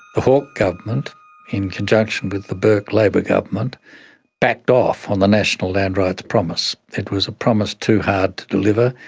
the hawke government in conjunction with the burke labor government backed off on the national land rights promise. it was a promise too hard to deliver.